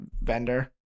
vendor